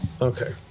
Okay